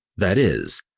that is,